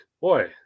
boy